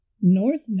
North